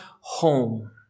home